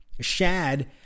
shad